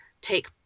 take